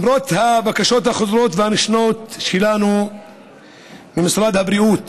למרות הבקשות החוזרות ונשנות שלנו ממשרד הבריאות